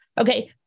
Okay